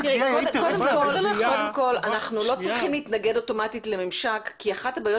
אנחנו לא צריכים להתנגד אוטומטית לממשק כי אחת הבעיות